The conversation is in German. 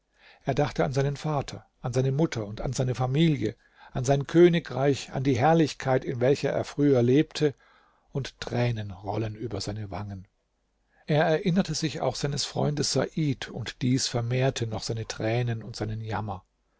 er dachte an seinen vater an seine mutter und an seine familie an sein königreich an die herrlichkeit in welcher er früher lebte und tränen rollten über seine wangen er erinnerte sich auch seines freundes said und dies vermehrte noch seine tränen und seinen jammer